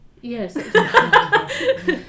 Yes